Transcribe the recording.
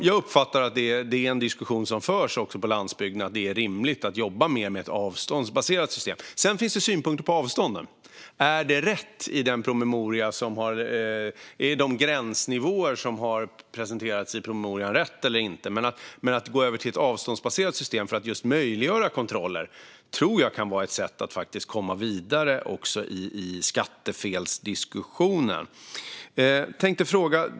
Jag uppfattar att det är en diskussion som förs också på landsbygden att det är rimligt att mer jobba med ett avståndsbaserat system. Sedan finns det synpunkter på avstånden. Är de gränsnivåer som har presenterats i promemorian rätt eller inte? Men jag tror att det kan vara ett sätt att komma vidare också i skattefelsdiskussionen att gå över till ett avståndsbaserat system för att möjliggöra kontroller.